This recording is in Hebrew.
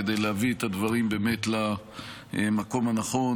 כדי להביא את הדברים למקום הנכון.